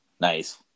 Nice